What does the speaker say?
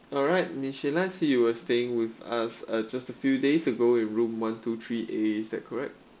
alright see you were staying with us uh just a few days ago with room two three E is that correct